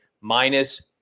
minus